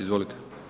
Izvolite.